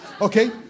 Okay